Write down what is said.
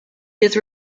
his